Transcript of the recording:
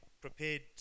prepared